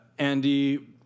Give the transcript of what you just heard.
Andy